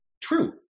true